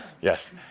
Yes